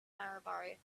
maybury